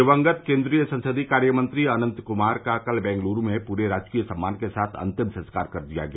दिवंगत केन्द्रीय संसदीय कार्य मंत्री अनन्त कुमार का कल बेंगलुरू में पूरे राजकीय सम्मान के साथ अंतिम संस्कार कर दिया गया